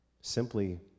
simply